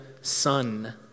son